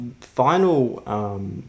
final